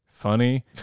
funny